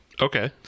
Okay